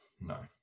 no